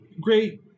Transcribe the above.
great